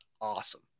awesome